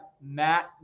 Matt